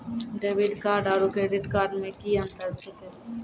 Debit card आरू credit card मे कि अन्तर छैक?